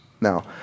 Now